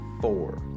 four